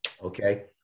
okay